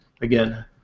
Again